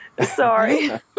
Sorry